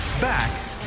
Back